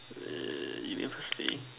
you mean facility